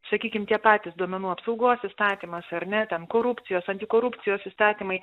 sakykim tie patys duomenų apsaugos įstatymas ar ne ten korupcijos antikorupcijos įstatymai